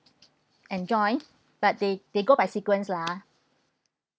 enjoy but they they go by sequence lah